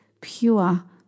pure